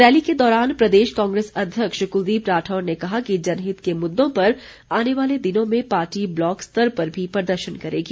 rally के दौरान प्रदेश कांग्रेस अध्यक्ष कुलदीप राठौर ने कहा कि जनहित के मुददों पर आने वाले दिनों में पार्टी ब्लॉक स्तर पर भी प्रदर्शन करेगी